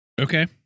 Okay